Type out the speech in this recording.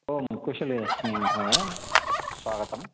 अहं कुशली अस्मि महोदय स्वागतम्